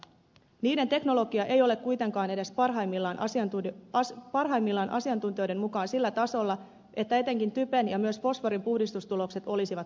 niiden teknologia ei ole kuitenkaan asiantuntijoiden mukaan edes parhaimmillaan sillä tasolla että etenkin typen ja myös fosforin puhdistustulokset olisivat merkittäviä